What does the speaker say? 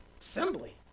assembly